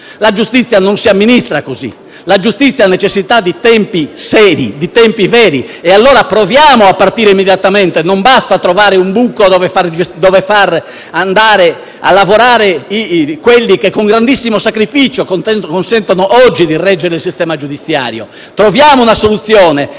la giustizia non si amministra così. La giustizia ha necessità di tempi seri e veri e allora proviamo a partire immediatamente. Non basta trovare un buco in cui far andare a lavorare coloro che, con grandissimo sacrificio, reggono in piedi il sistema giudiziario. Troviamo una soluzione,